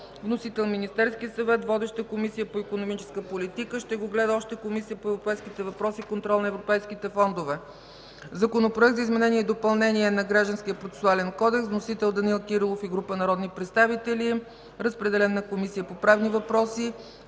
Вносител – Министерският съвет. Водеща е Комисията по икономическата политика и туризъм, ще го гледа още Комисията по европейските въпроси и контрол на европейските фондове. Законопроект за изменение и допълнение на Гражданския процесуален кодекс. Вносител – Данаил Кирилов и група народни представители. Разпределен е на Комисията по правни въпроси.